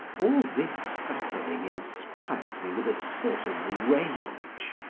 all this suffering inspired me with a sort of rage,